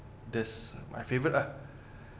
that's my favourite lah